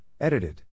Edited